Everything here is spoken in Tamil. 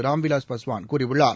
ராம்விலாஸ் பாஸ்வான் கூறியுள்ளார்